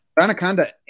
Anaconda